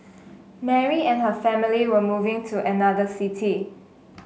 Mary and her family were moving to another city